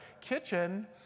kitchen